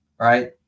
Right